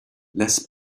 less